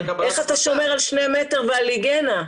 איך אתה שומר על שני מטר ועל היגיינה?